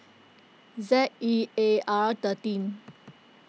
Z E A R thirteen